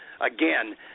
again